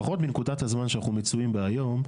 לפחות מנקודת הזמן שאנחנו מצויים בה היום,